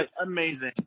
Amazing